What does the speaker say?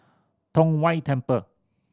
Tong Whye Temple